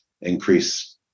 increase